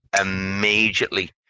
immediately